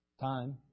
time